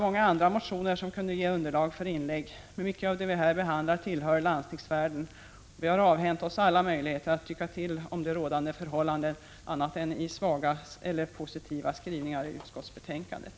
Många andra motioner kunde ge underlag för inlägg här, men mycket av det vi behandlar tillhör landstingsvärlden, och vi har avhänt oss alla möjligheter att tycka till om de rådande förhållandena — annat än i svaga eller positiva skrivningar i utskottsbetänkandet.